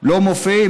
לא מופיעים?